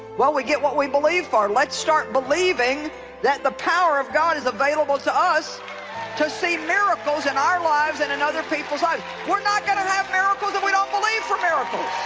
well, we get what we believe for let's start believing that the power of god is available to us to see miracles in our lives and in other people's life. ah um we're not gonna have miracle that we don't believe for miracles